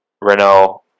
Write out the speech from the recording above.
Renault